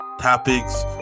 topics